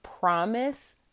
promise